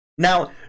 Now